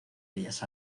bellas